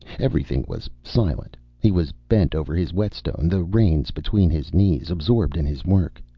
everything was silent. he was bent over his whetstone, the reins between his knees, absorbed in his work.